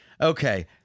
Okay